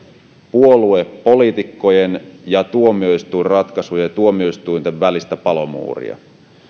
puoluepoliitikkojen ja tuomioistuinratkaisujen ja tuomioistuinten välistä palomuuria